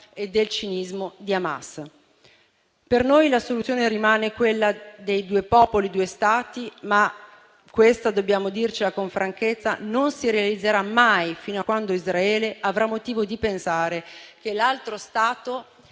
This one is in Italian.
e del cinismo di Hamas. Per noi la soluzione rimane quella dei due popoli due Stati, ma questo - dobbiamo dircelo con franchezza - non si realizzerà mai fino a quando Israele avrà motivo di pensare che l'altro Stato